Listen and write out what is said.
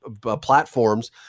platforms